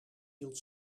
hield